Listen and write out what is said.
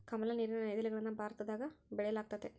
ಕಮಲ, ನೀರಿನ ನೈದಿಲೆಗಳನ್ನ ಭಾರತದಗ ಬೆಳೆಯಲ್ಗತತೆ